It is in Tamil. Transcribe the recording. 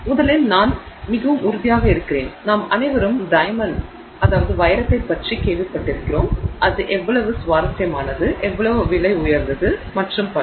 முதலில் நான் மிகவும் உறுதியாக இருக்கிறேன் நாம் அனைவரும் டைமென்ட் வைரத்தைப் பற்றி கேள்விப்பட்டிருக்கிறோம் அது எவ்வளவு சுவாரஸ்யமானது எவ்வளவு விலை உயர்ந்தது மற்றும் பல